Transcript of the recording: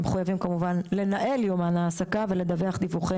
הם מחויבים לנהל יומן העסקה ולדווח דיווחי